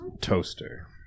Toaster